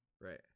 right